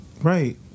Right